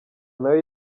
nayo